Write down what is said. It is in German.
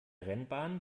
rennbahn